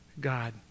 God